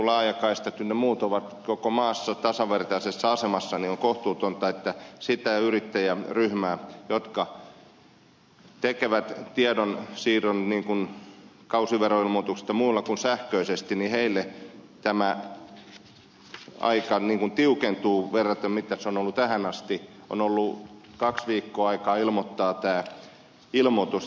suhteen ollaan koko maassa tasavertaisessa asemassa on kohtuutonta että sille yrittäjäryhmälle joka tekee tiedonsiirron niin kuin kausiveroilmoitukset muutoin kuin sähköisesti tämä aika tiukentuu verrattuna siihen mitä se on ollut tähän asti kun on ollut kaksi viikkoa aikaa tehdä tämä ilmoitus